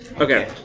Okay